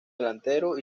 delantero